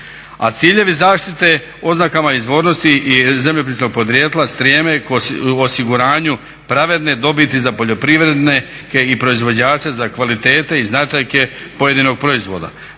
A ciljevi zaštite oznakama izvornosti i zemljopisnog podrijetla strijeme osiguranju pravedne dobiti za poljoprivrednike i proizvođače, za kvalitete i značajke pojedinog proizvoda,